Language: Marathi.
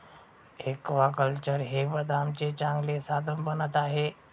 ऍक्वाकल्चर हे उत्पन्नाचे चांगले साधन बनत आहे